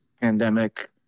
pandemic